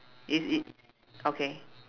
is it okay